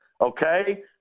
okay